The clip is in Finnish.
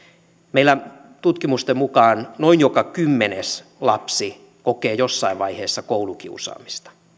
meillä tutkimusten mukaan noin joka kymmenes lapsi kokee jossain vaiheessa koulukiusaamista